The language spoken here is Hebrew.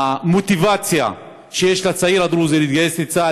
המוטיבציה שיש לצעיר הדרוזי להתגייס לצה"ל,